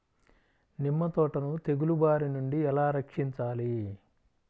నిమ్మ తోటను తెగులు బారి నుండి ఎలా రక్షించాలి?